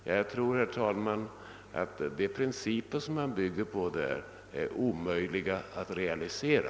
Jag tror, herr talman, att de principer som man vill bygga på är omöjliga att realisera.